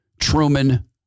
Truman